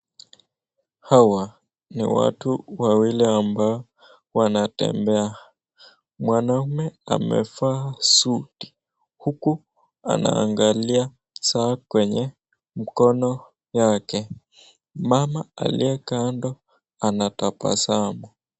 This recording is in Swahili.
Hawa ni watu wawili ambao wanatembea. Mwanaume amevaa suti huku anaangalia saa kwemnye mkono yake. Mama aliye kando anatabasamu.